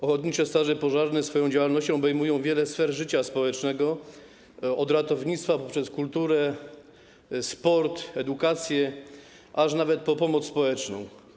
Ochotnicze straże pożarne swoją działalnością obejmują wiele sfer życia społecznego: od ratownictwa poprzez kulturę, sport, edukację, aż nawet po pomoc społeczną.